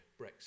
Brexit